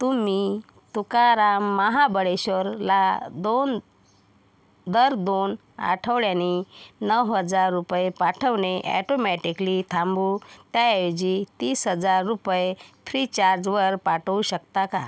तुम्ही तुकाराम महाबळेश्वरला दोन दर दोन आठवड्यानी नऊ हजार रुपये पाठवणे ॲटोमॅटिकली थांबवून त्याऐवजी तीस हजार रुपये फ्रीचार्जवर पाठवू शकता का